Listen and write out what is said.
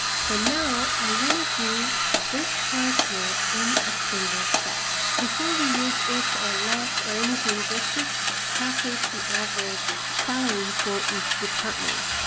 so now i want to do this part here in a single step. before we use if or let or anything, let's just calculate the average salary for each department.